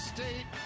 State